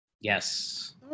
Yes